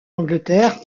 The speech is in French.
angleterre